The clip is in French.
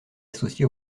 associées